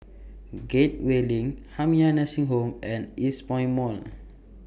Gateway LINK Jamiyah Nursing Home and Eastpoint Mall